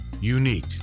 unique